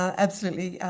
absolutely,